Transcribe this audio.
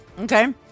Okay